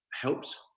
helps